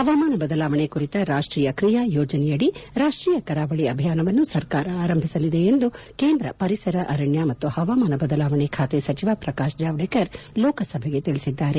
ಹವಾಮಾನ ಬದಲಾವಣೆ ಕುರಿತ ರಾಷ್ಲೀಯ ಕ್ರಿಯಾಯೋಜನೆಯಡಿ ರಾಷ್ಲೀಯ ಕರಾವಳಿ ಅಭಿಯಾನವನ್ನು ಸರ್ಕಾರ ಆರಂಭಿಸಲಿದೆ ಎಂದು ಕೇಂದ್ರ ಪರಿಸರ ಅರಣ್ಯ ಮತ್ತು ಪವಾಮಾನ ಬದಲಾವಣೆ ಖಾತೆ ಸಚಿವ ಪ್ರಕಾಶ್ ಜಾವಡೇಕರ್ ಲೋಕಸಭೆಗೆ ತಿಳಿಸಿದ್ದಾರೆ